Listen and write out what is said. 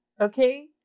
okay